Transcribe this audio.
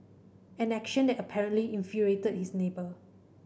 an action that apparently infuriated his neighbour